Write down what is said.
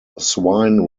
swine